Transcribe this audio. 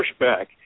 pushback